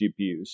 GPUs